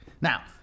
Now